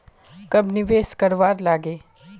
कब निवेश करवार लागे?